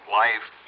life